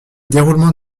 déroulement